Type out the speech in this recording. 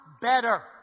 better